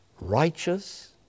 righteous